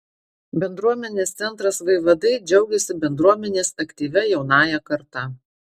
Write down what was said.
bendruomenės centras vaivadai džiaugiasi bendruomenės aktyvia jaunąja karta